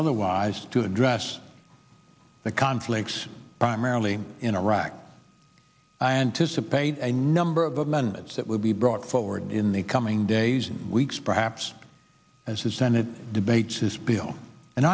otherwise to address the conflicts primarily in iraq i anticipate a number of amendments that will be brought forward in the coming days and weeks perhaps as the senate debates this bill and